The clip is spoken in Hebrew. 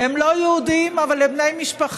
הם לא יהודים, אבל הם בני משפחה.